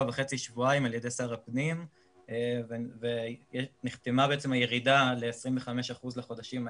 וחצי-שבועיים על ידי שר הפנים ונחתמה הירידה ל-25% לחודשים האלה.